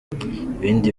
ibindi